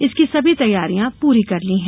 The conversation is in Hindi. इसकी सभी तैयारियां पूरी कर ली हैं